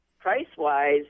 price-wise